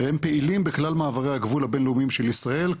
הם פעילים בכלל מעברי הגבול הבינלאומיים של ישראל,